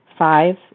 Five